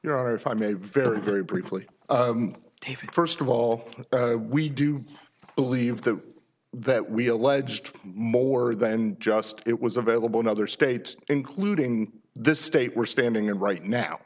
your honor if i may very very briefly take you first of all we do believe that that we alleged more than just it was available in other states including this state we're standing in right now